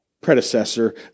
predecessor